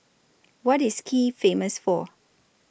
What IS Kiev Famous For